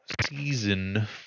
season